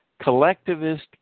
collectivist